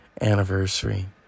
anniversary